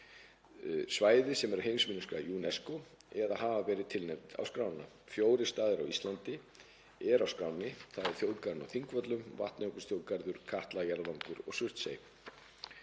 Svæði sem eru á heimsminjaskrá UNESCO eða hafa verið tilnefnd á skrána. Fjórir staðir á Íslandi eru á skránni, þ.e. þjóðgarðurinn á Þingvöllum, Vatnajökulsþjóðgarður, Katla jarðvangur og Surtsey.